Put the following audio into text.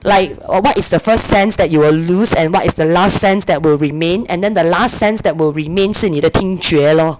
like err what is the first sense that you will lose and what is the last sense that will remain and then the last sense that will remain 是你的听觉 lor